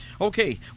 okay